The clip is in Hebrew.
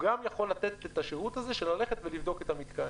גם יכול לתת את השירות הזה של ללכת ולבדוק את המיתקן.